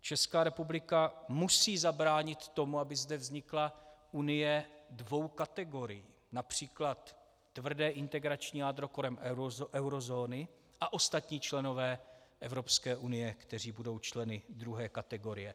Česká republika musí zabránit tomu, aby zde vznikla Unie dvou kategorií, například integrační jádro kolem eurozóny a ostatní členové Evropské unie, kteří budou členy druhé kategorie.